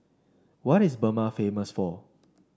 what is Burma famous for